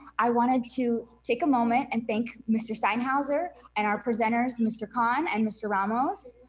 i wanted to take a moment and thank mr. steinhauser, and our presenters, mr. khan and mr. ramos.